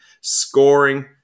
scoring